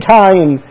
time